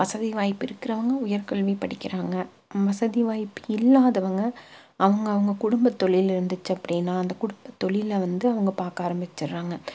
வசதி வாய்ப்பு இருக்கிறவங்க உயர்கல்வி படிக்கிறாங்க வசதி வாய்ப்பு இல்லாதவங்க அவுங்கவங்க குடும்ப தொழில் இருந்துச்சு அப்படினா அந்த குடும்ப தொழிலை வந்து அவங்க பார்க்க ஆரம்மிச்சிட்றாங்க